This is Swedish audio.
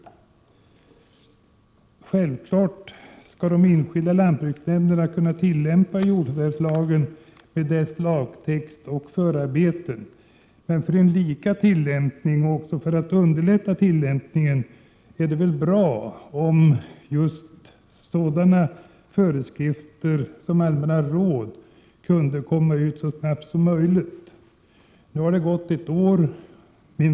De enskilda lantbruksnämnderna skall självfallet kunna tillämpa jordförvärvslagen — med hjälp både av lagtexten och förarbetena. Men för att tillämpning skall bli likvärdig och för att den skall underlättas är det bra om just sådana föreskrifter som allmänna råd kunde komma ut så snart som möjligt. Nu har det gått ett år.